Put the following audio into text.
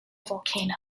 volcano